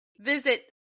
visit